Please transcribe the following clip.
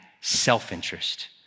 self-interest